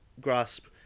grasp